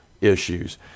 issues